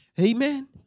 Amen